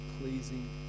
pleasing